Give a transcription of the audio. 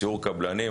סיור קבלנים,